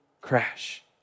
crash